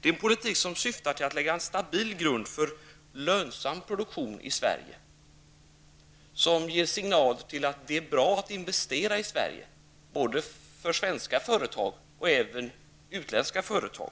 Det är en politik som syftar till att lägga en stabil grund för lönsam produktion i Sverige, som ger en signal om att det är bra att investera i Sverige, för svenska företag och även för utländska företag.